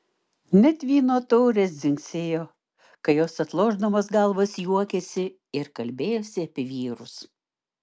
net vyno taurės dzingsėjo kai jos atlošdamos galvas juokėsi ir kalbėjosi apie vyrus